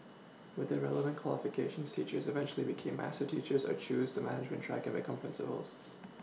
with the relevant qualifications teachers eventually became master teachers or choose the management track and become principals